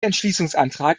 entschließungsantrag